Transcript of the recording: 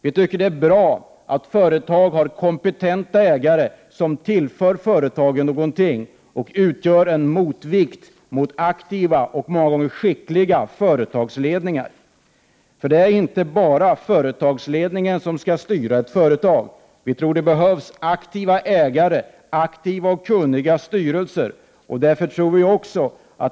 Vi tycker att det är bra att företag har kompetenta ägare, som kan tillföra företagen någonting och utgöra en motvikt mot aktiva och många gånger skickliga företagsledningar. Det är inte bara företagsledningen som skall styra ett företag. Vi tror att det behövs aktiva ägare liksom aktiva och kunniga styrelser.